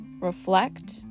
reflect